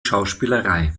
schauspielerei